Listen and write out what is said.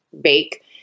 bake